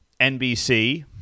NBC